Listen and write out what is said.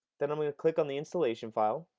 then i'm going to click on the installation file.